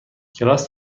کلاس